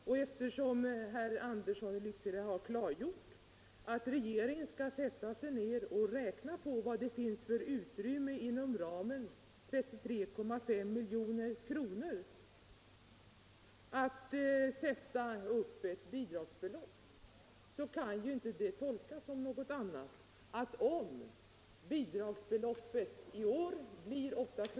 Och eftersom herr Andersson i Lycksele har klargjort att regeringen skall sätta sig ned och räkna på vad det inom ramen 33,5 milj.kr. finns för utrymme för att sätta upp ett bidragsbelopp kan detta inte tolkas som något annat än att om bidragsbeloppet i år blir 8 kr.